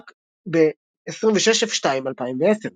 נבדק ב-2010-02-26.